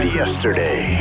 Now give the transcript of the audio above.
yesterday